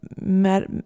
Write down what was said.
met